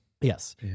Yes